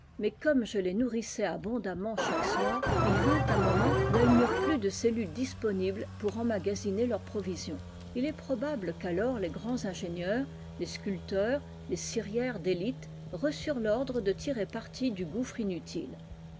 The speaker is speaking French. mais comme je les nourrissais abondamment chaque soir il vint un moment où elles n'eurent plus de cellules disponibles pour emmagasiner leurs provisions il est probable qualors les grands ingénieurs les sculpteurs et les cirières d'élite recurent l'ordre de tirer parti du gouffre inutile